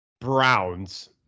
Browns